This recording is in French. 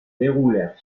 déroulèrent